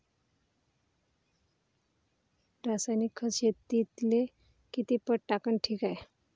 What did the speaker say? रासायनिक खत शेतीले किती पट टाकनं ठीक हाये?